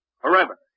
Forever